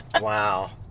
Wow